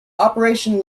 operation